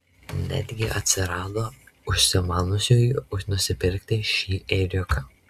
netgi atsirado užsimaniusiųjų nusipirkti šį ėriuką